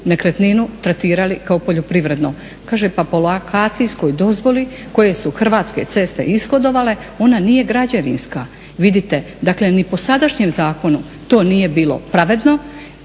nekretninu tretirali kao poljoprivredo. Kaže pa po lokacijskoj dozvoli koje su Hrvatske ceste ishodovale ona nije građevinska. Vidite, dakle ni po sadašnjem zakonu to nije bilo pravedno,